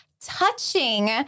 touching